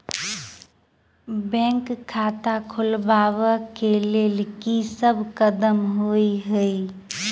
Bank खाता खोलबाबै केँ लेल की सब कदम होइ हय?